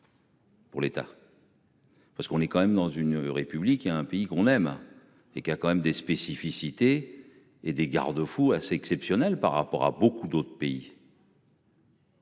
Pour l'État. Parce qu'on est quand même dans une république. Il y a un pays qu'on aime et qu'il a quand même des spécificités et des garde-fous assez exceptionnelle par rapport à beaucoup d'autres pays.